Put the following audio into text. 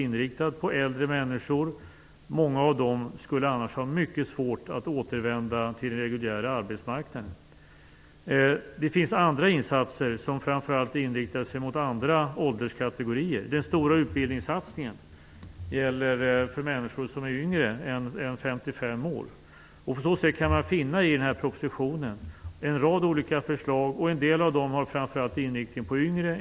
Många av dessa människor skulle annars ha mycket svårt att återvända till den reguljära arbetsmarknaden. Andra insatser inriktas i huvudsak på andra ålderskategorier. Den stora utbildningssatsningen gäller för människor som är yngre än 55 år. Således kan man i den här propositionen finna en rad olika förslag. En del av dem är framför allt, som sagt, inriktade på de yngre.